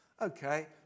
Okay